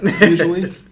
usually